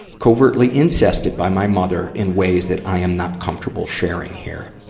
covertly incested by my mother in ways that i am not comfortable sharing here.